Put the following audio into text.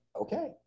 okay